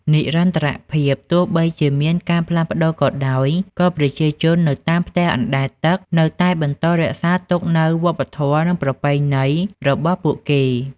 និរន្តរភាព ទោះបីជាមានការផ្លាស់ប្តូរក៏ដោយ ក៏ប្រជាជននៅតាមផ្ទះអណ្ដែតទឹកនៅតែបន្តរក្សាទុកនូវ វប្បធម៌ និងប្រពៃណី របស់ពួកគេ។